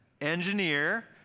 engineer